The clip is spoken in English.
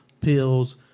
pills